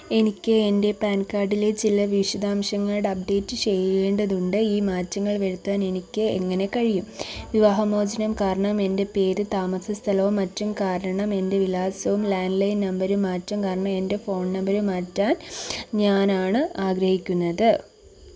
എനിക്ക് എൻ്റെ പാൻ കാർഡിലെ ചില വിശദാംശങ്ങൾ അപ്ഡേറ്റ് ചെയ്യേണ്ടതുണ്ട് ഈ മാറ്റങ്ങൾ വരുത്താൻ എനിക്ക് എങ്ങനെ കഴിയും വിവാഹമോചനം കാരണം എൻ്റെ പേരും താമസസ്ഥലവും മറ്റും കാരണം എൻ്റെ വിലാസവും ലാൻഡ് ലൈൻ നമ്പരും മാറ്റം കാരണം എൻ്റെ ഫോൺ നമ്പര് മാറ്റാൻ ഞാനാണ് ആഗ്രഹിക്കുന്നത്